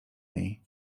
niej